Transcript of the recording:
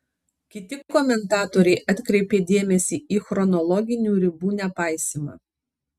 kiti komentatoriai atkreipė dėmesį į chronologinių ribų nepaisymą